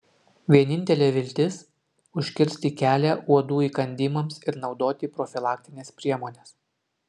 vienintelė viltis užkirsti kelią uodų įkandimams ir naudoti profilaktines priemones